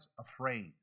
afraid